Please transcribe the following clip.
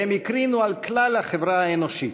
והם הקרינו על כלל החברה האנושית,